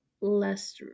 less